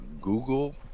Google